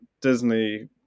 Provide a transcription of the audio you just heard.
Disney